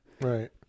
right